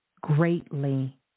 greatly